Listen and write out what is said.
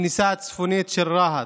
הכניסה הצפונית של רהט.